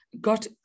got